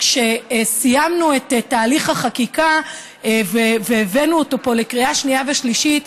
כשסיימנו את תהליך החקיקה והבאנו אותו פה לקריאה שנייה ושלישית,